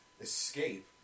escape